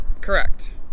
Correct